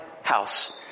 house